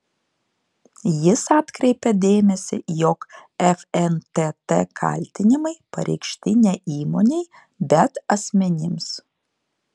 jis atkreipia dėmesį jog fntt kaltinimai pareikšti ne įmonei bet asmenims